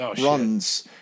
runs